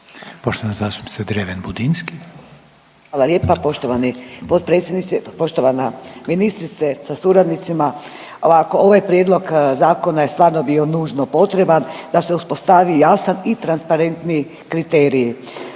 **Dreven Budinski, Nadica (HDZ)** Hvala lijepa poštovani potpredsjedniče, poštovana ministrice sa suradnicima. Ovako, ovaj Prijedlog zakona je stvarno bio nužno potreban da se uspostavi jasan i transparentniji kriteriji.